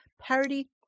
parody